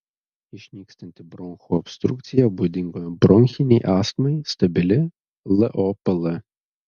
išnykstanti bronchų obstrukcija būdinga bronchinei astmai stabili lopl